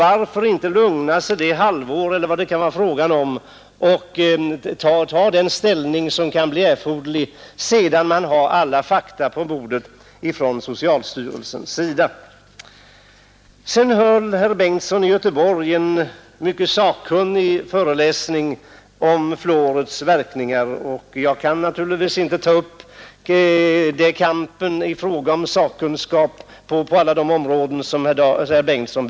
Varför då inte lugna sig det halvår — eller vad det kan vara fråga om — för att sedan ta ställning när vi har alla fakta från socialstyrelsen på bordet. Herr Bengtsson i Göteborg höll en mycket sakkunnig föreläsning om fluorens verkningar. Jag kan naturligtvis inte ta upp kampen med honom i fråga om sakkunskap på alla de områden han berörde.